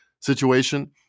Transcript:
situation